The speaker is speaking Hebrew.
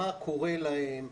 מה קורה להם,